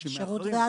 אנשים מאחרים.